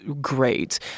great